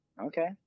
okay